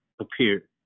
appeared